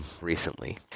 recently